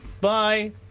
Bye